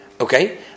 okay